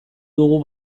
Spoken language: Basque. dugu